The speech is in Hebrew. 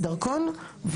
אין לי בעיה עם זה,